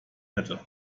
hätte